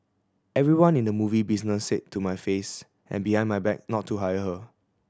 everyone in the movie business said to my face and behind my back not to hire her